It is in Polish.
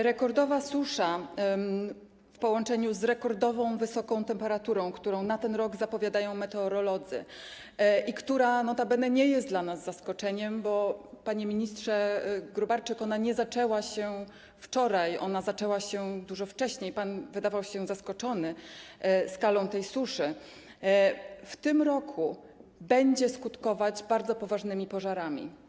Rekordowa susza w połączeniu z rekordowo wysoką temperaturą, którą na ten rok zapowiadają meteorolodzy i która notabene nie jest dla nas zaskoczeniem - bo, panie ministrze Gróbarczyk, ona nie zaczęła się wczoraj, ona zaczęła się dużo wcześniej, pan wydawał się zaskoczony skalą tej suszy - w tym roku będzie skutkować bardzo poważnymi pożarami.